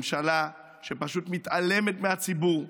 ממשלה שפשוט מתעלמת מהציבור,